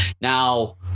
Now